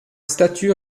statut